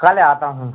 कल आता हूँ